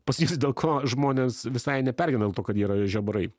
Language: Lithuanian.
pasakysiu dėl ko žmonės visai nepergyvena dėl to kad jie yra žiobarai